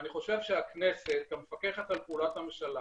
ואני חושב שהכנסת כמפקחת על פעולות הממשלה,